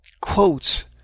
quotes